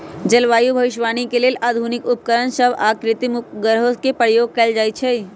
जलवायु भविष्यवाणी के लेल आधुनिक उपकरण सभ आऽ कृत्रिम उपग्रहों के प्रयोग कएल जाइ छइ